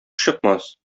чыкмас